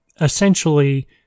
essentially